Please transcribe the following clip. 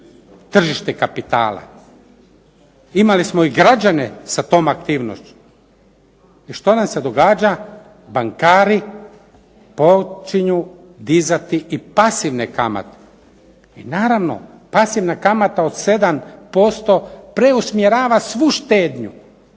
tržište kapitala. Imali smo i građane sa tom aktivnošću. I što nam se događa? Bankari počinju dizati i pasivne kamate. I naravno pasivna kamata od 7% preusmjerava svu štednju